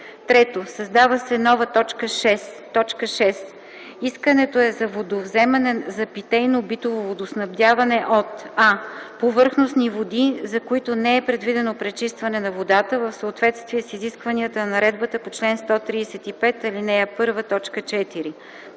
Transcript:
3. Създава се нова т. 6: „6. искането е за водовземане за питейно-битово водоснабдяване от: а) повърхностни води, за които не е предвидено пречистване на водата в съответствие с изискванията на наредбата по чл. 135, ал. 1,